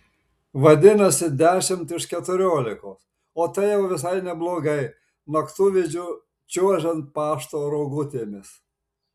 vadinasi dešimt iš keturiolikos o tai jau visai neblogai naktovidžiu čiuožiant pašto rogutėmis